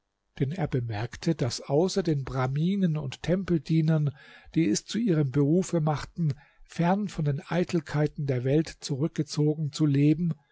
denn er bemerkte daß außer den braminen und tempeldienern die es zu ihrem berufe machten fern von den eitelkeiten der welt zurückgezogen zu leben